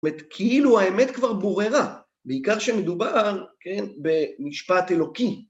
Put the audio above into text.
זאת אומרת, כאילו האמת כבר בוררה, בעיקר שמדובר במשפט אלוקי.